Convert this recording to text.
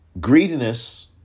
greediness